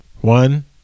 One